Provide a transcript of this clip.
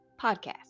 podcast